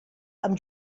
amb